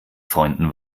freunden